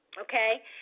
Okay